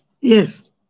Yes